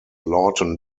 lawton